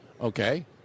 Okay